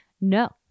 No